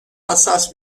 hassas